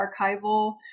archival